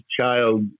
child